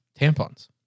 tampons